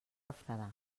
refredar